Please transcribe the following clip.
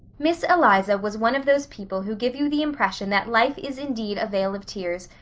miss eliza was one of those people who give you the impression that life is indeed a vale of tears,